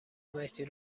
مهدی